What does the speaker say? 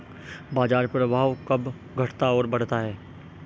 बाजार प्रभाव कब घटता और बढ़ता है?